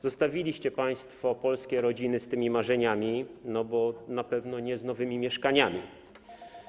Zostawiliście państwo polskie rodziny z tymi marzeniami, no bo na pewno nie z nowymi mieszkaniami.